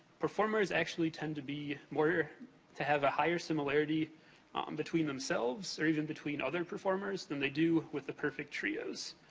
performers actually tend to be, were to have a high similarity between themselves or even between other performers than they do with the perfect trios.